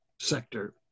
sector